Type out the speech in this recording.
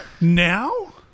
Now